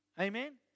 Amen